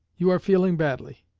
you are feeling badly.